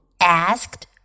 asked